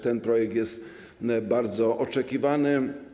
Ten projekt jest bardzo oczekiwany.